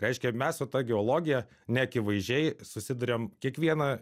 reiškia mes su ta geologija neakivaizdžiai susiduriam kiekvieną